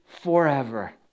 forever